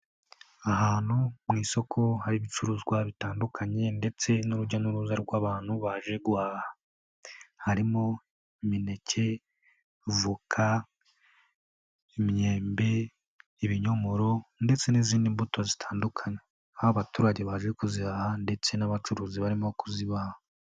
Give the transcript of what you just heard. Ahantu mu isoko hari ibicuruzwa bitandukanye ndetse n'urujya n'uruza rw'abantu baje guhaha, harimo imineke voka, imyembe, ibinyomoro, ndetse n'izindi mbuto zitandukanye aho abaturage baje kuzihaha ndetse n'abacuruzi barimo kuzibaha.